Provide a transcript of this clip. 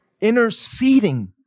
interceding